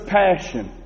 passion